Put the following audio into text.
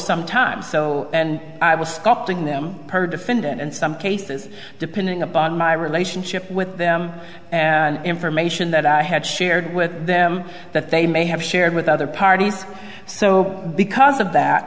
some time so i was stopping them per defendant in some cases depending upon my relationship with them and information that i had shared with them that they may have shared with other parties so because of